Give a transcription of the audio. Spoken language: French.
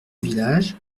village